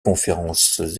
conférences